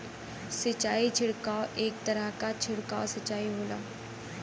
सिंचाई छिड़काव एक तरह क छिड़काव सिंचाई होला